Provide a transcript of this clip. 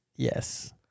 Yes